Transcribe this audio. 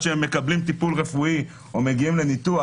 שהם מקבלים טיפול רפואי או מגיעים לניתוח,